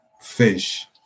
fish